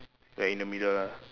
like in the middle lah